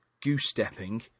goose-stepping